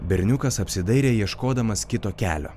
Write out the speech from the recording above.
berniukas apsidairė ieškodamas kito kelio